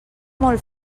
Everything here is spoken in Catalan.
molt